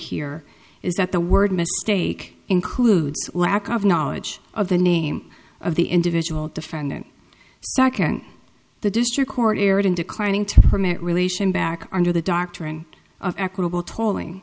here is that the word mistake includes lack of knowledge of the name of the individual defendant stark and the district court erred in declining to permit relation back under the doctrine of equitable tolling